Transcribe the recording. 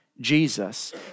Jesus